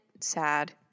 sad